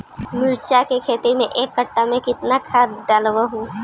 मिरचा के खेती मे एक कटा मे कितना खाद ढालबय हू?